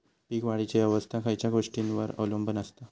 पीक वाढीची अवस्था खयच्या गोष्टींवर अवलंबून असता?